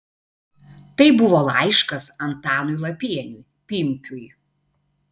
tai buvo laiškas antanui lapieniui pimpiui